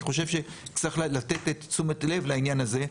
אני חושב שצריך לתת תשומת לב לעניין הזה.